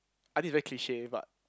I think is very cliche but